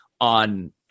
on